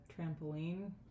trampoline